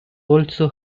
also